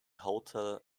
hotel